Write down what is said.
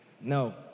No